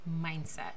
mindset